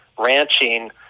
ranching